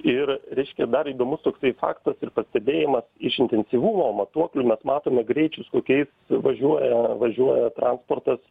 ir reiškia dar įdomus toksai faktas ir pastebėjimas iš intensyvumo matuoklių mes matome greičius kokiais važiuoja važiuoja transportas